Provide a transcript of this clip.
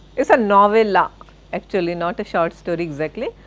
it's a novella actually, not a short story exactly,